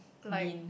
like